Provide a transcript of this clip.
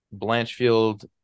Blanchfield